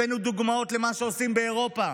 הבאנו דוגמאות למה שעושים באירופה.